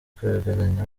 kwegeranya